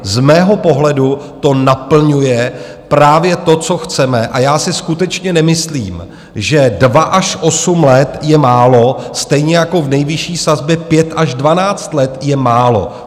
Z mého pohledu to naplňuje právě to, co chceme, a já si skutečně nemyslím, že 2 až 8 let je málo, stejně jako v nejvyšší sazbě 5 až 12 let je málo.